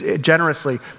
generously